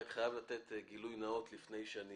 אני חייב לתת גילוי נאות לפני שאני